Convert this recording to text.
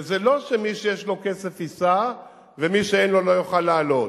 וזה לא שמי שיש לו כסף ייסע ומי שאין לו לא יוכל לעלות.